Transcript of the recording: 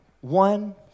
one